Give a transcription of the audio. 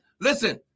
listen